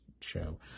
show